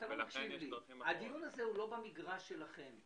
הדיון הזה הוא לא במגרש שלכם,